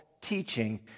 teaching